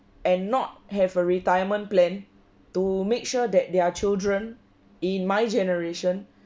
and not have a retirement plan to make sure that their children in my generation